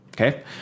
Okay